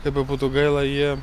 kaip bebūtų gaila jie